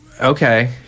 Okay